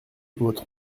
votre